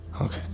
Okay